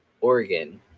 Oregon